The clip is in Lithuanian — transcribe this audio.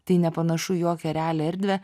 tai nepanašu į jokią realią erdvę